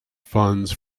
funds